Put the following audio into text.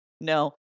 No